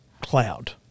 cloud